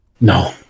No